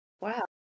Wow